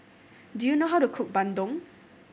do you know how to cook bandung